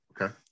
Okay